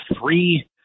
three